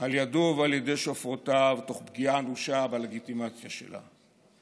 על ידו ועל ידי שופרותיו תוך פגיעה אנושה בלגיטימציה שלה.